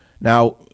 Now